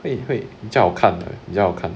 会会比较好看啊比较好看